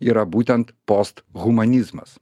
yra būtent post humanizmas